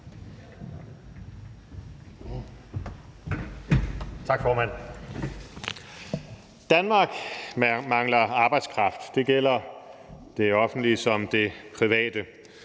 Tak, forman. Danmark mangler arbejdskraft, det gælder det offentlige såvel som det private.